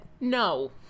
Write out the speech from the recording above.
No